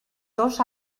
dos